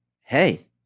hey